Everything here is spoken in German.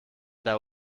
der